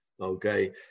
Okay